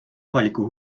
avaliku